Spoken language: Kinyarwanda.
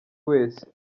wese